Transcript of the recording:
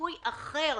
פיצוי אחר.